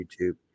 YouTube